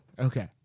Okay